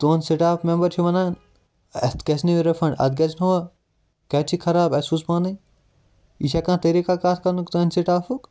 تُہُنٛد staff member چھُ وَنان اتھ گَژھِ نہٕ یہِ رِفَنٛڈ اتھ گَژھِ نہٕ ہہُ کَتہِ چھُ خَراب اَسہِ سوٗز پانے یہِ چھےٚ کانٛہہ طریٖقا کَتھ کَرنُک تٕہٕنٛدِ سٹافُک